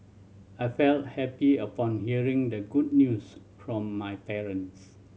I felt happy upon hearing the good news from my parents